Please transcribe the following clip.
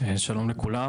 שלום לכולם,